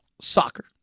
Soccer